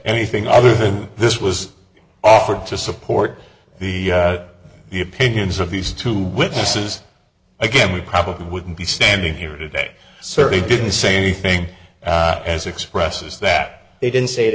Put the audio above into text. anything other than this was offered to support the the opinions of these two witnesses again we probably wouldn't be standing here today certainly didn't say anything as expresses that they didn't say